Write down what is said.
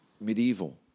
medieval